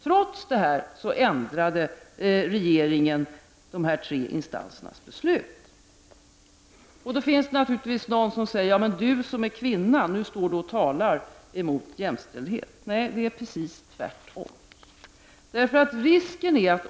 Trots detta ändrade regeringen de tre instansernas beslut. Nu finns det naturligtvis de som säger att Birgit Friggebo, som är kvinna, talar emot jämställdheten. Nej, det är precis tvärtom.